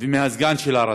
ומהסגן של הרס"פ,